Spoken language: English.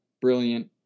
brilliant